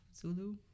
Zulu